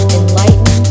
enlighten